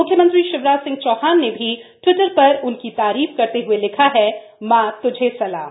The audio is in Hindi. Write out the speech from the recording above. म्ख्यमंत्री शिवराज सिंह चौहान ने भी ट्वीटर पर इनकी तारीफ करते हुए लिखा हप्र मां तुझे सलाम